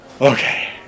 okay